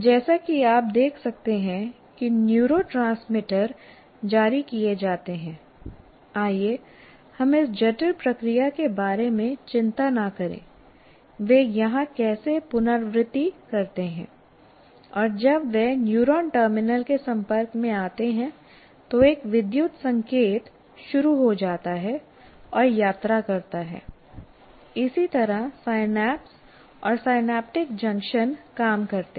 जैसा कि आप देख सकते हैं कि न्यूरोट्रांसमीटर जारी किए जाते हैं आइए हम इस जटिल प्रक्रिया के बारे में चिंता न करें वे यहां कैसे पुनरावृत्ति करते हैं और जब वे न्यूरॉन टर्मिनल के संपर्क में आते हैं तो एक विद्युत संकेत शुरू हो जाता है और यात्रा करता है इसी तरह सिनैप्स और सिनैप्टिक जंक्शन काम करते हैं